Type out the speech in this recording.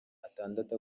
atandatu